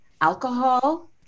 alcohol